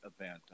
event